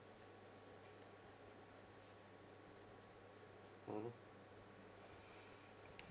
mmhmm